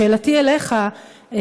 שאלתי אליך,